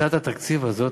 בהצעת התקציב הזאת,